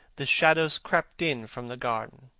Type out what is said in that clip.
the shadows crept in from the garden.